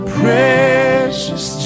precious